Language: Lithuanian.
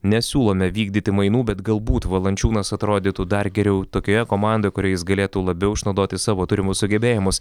nesiūlome vykdyti mainų bet galbūt valančiūnas atrodytų dar geriau tokioje komando kurioje jis galėtų labiau išnaudoti savo turimus sugebėjimus